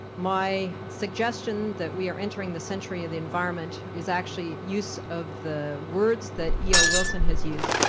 my suggestion that we are entering the century of the environment is actually use of the words that e. o. wilson has used,